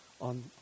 on